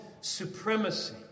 supremacy